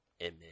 Amen